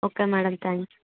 okay madam thank you